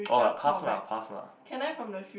oh past lah past lah